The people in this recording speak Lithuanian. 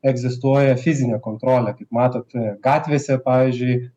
egzistuoja fizinė kontrolė kaip matot gatvėse pavyzdžiui